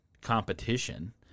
competition